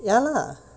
ya lah